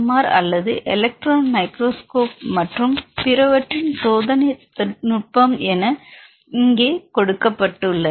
R அல்லது electron microscopy மற்றும் பிறவற்றின் சோதனை நுட்பம் என இங்கே கொடுக்கப்பட்டுள்ளன